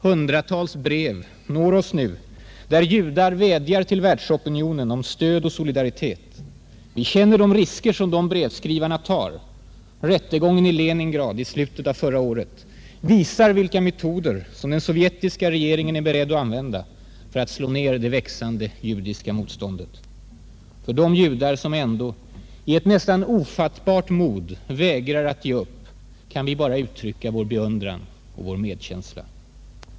Hundratals brev når oss nu, i vilka judar vädjar till världsopinionen om stöd och solidaritet. Vi känner de risker som de brevskrivarna tar. Rättegången i Leningrad i slutet av förra året visar vilka metoder som den sovjetiska regeringen är beredd att använda för att slå ned det växande judiska motståndet. För de judar som ändå i ett nästan ofattbart mod vägrar att ge upp kan vi bara uttrycka vår beundran och vår medkänsla.